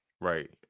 Right